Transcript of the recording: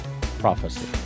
PROPHECY